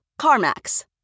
CarMax